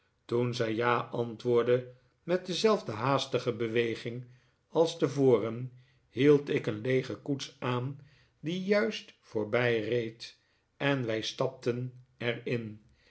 toen zij ja antwoordde met dezelfde haastige beweging als tevoren hield ik een leege koets aan die juist voorbijreed en wij stapten er